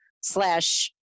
slash